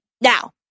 Now